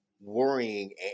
Worrying